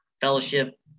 Fellowship